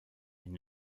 une